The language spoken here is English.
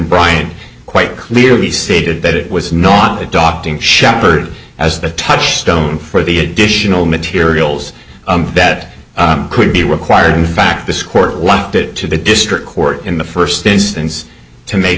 bryant quite clearly stated that it was not adopting shapard as the touchstone for the additional materials that could be required in fact this court left it to the district court in the first instance to make